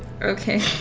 Okay